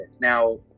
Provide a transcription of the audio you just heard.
now